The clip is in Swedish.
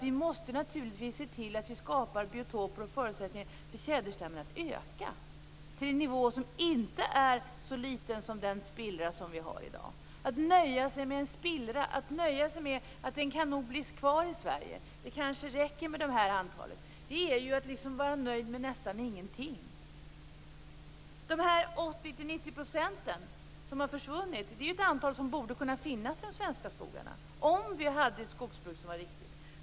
Vi måste naturligtvis se till att vi skapar biotoper och förutsättningar för tjäderstammen att öka till en nivå som inte är så liten som den spillra som vi har i dag. Att nöja sig med en spillra, att nöja sig med att tjädern nog kan bli kvar i Sverige, och säga att det kanske räcker med det antalet, är att vara nöjd med nästan ingenting. De 80-90 % som har försvunnit är det antal som borde kunna finnas i de svenska skogarna om vi hade ett skogsbruk som var riktigt.